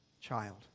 child